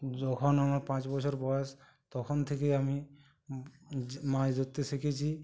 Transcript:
যখন আমার পাঁচ বছর বয়েস তখন থেকেই আমি মাজ ধোআরলু শিখেছি